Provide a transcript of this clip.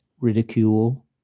ridicule